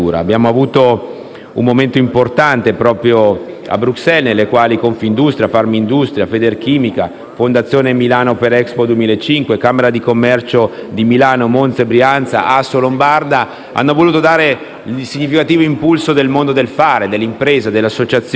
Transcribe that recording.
un momento importante proprio a Bruxelles, quando Confindustria, Farmindustria, Federchimica, Fondazione Milano per Expo 2015, camera di commercio di Milano, Monza e Brianza, Assolombarda hanno voluto dare il significativo impulso del mondo del fare, dell'impresa, delle associazioni, che chiedono